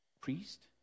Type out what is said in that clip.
Priest